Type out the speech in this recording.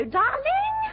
darling